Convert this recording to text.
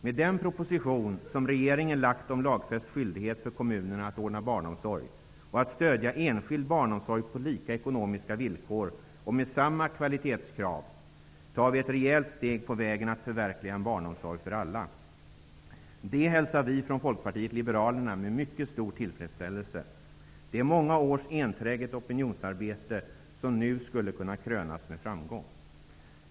Med den proposition som regeringen framlagt om lagfäst skyldighet för kommunerna att ordna barnomsorg och att stödja enskild barnomsorg på lika ekonomiska villkor och med samma kvalitetskrav tar vi ett rejält steg på vägen att förverkliga en barnomsorg för alla. Det hälsar vi från Folkpartiet liberalerna med mycket stor tillfredsställelse. Det är många års enträget opinionsarbete som nu skulle kunna krönas med framgång.